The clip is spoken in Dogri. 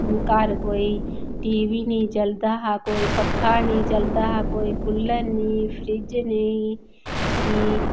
घर कोई टी वी नेईं चलदा हा कोई पक्खा नेईं चलदा हा कोई कूलर नेईं फ्रिज नेईं कि